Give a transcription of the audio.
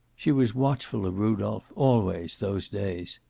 she was watchful of rudolph, always, those days.